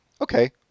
Okay